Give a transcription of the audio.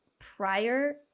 prior